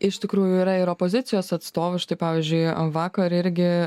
iš tikrųjų yra ir opozicijos atstovai štai pavyzdžiui vakar irgi